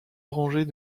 rangées